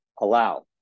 allow